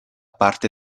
parte